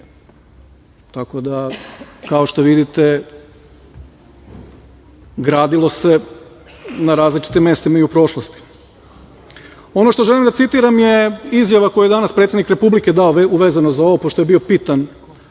groblje. Kao što vidite, gradilo se na različitim mestima i u prošlosti. Ono što želim da citiram je izjava koju je danas predsednik Republike dao vezano za ovo, pošto je bio pitan